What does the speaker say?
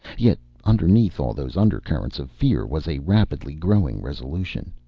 yet, underneath all those undercurrents of fear, was a rapidly growing resolution,